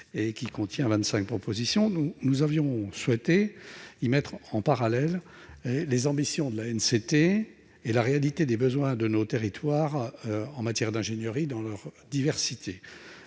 vingt-cinq propositions. Nous avons souhaité mettre en parallèle les ambitions de l'ANCT et la réalité des besoins de nos territoires en matière d'ingénierie, dans leur diversité.